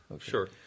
sure